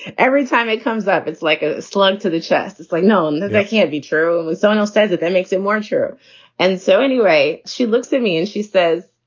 every time it comes up, it's like a slug to the chest. it's like gnome. that that can't be true sonal and so and says that that makes it more. and sure and so anyway, she looks at me and she says,